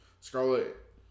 Scarlet